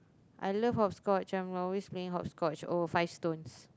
I love hopscotch I'm always playing hopscotch she own a five stones